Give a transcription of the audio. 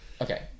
okay